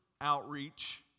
outreach